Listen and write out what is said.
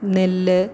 നെല്ല്